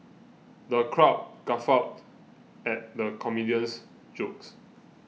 the crowd guffawed at the comedian's jokes